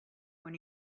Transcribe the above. when